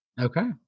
Okay